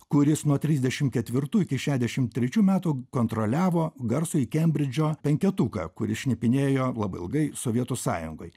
kuris nuo trisdešim ketvirtų iki šešiasdešim trečių metų kontroliavo garsųjį kembridžo penketuką kuris šnipinėjo labai ilgai sovietų sąjungoj